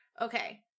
Okay